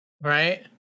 Right